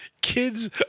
Kids